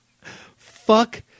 Fuck